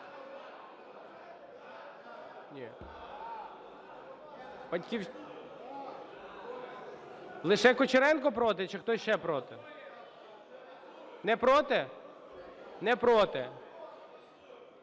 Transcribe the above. Лише Кучеренко проти, чи ще хтось проти? Не проти? Не проти.